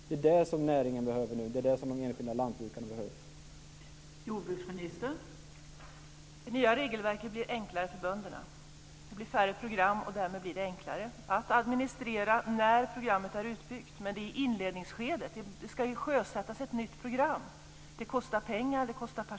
Det är detta som näringen och de enskilda lantbrukarna behöver nu.